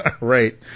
Right